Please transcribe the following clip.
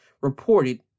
reported